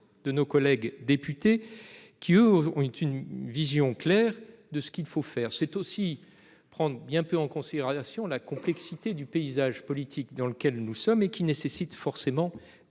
de nos collègues députés, qui, eux, ont une vision claire de ce qu'il faut faire. C'est aussi prendre bien peu en considération la complexité du paysage politique actuel, qui impose des accords.